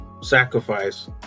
sacrifice